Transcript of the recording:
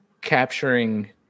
capturing